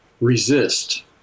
resist